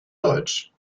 deutsch